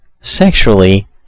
Sexually